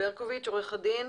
עורך הדין